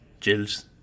Jills